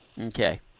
Okay